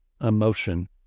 emotion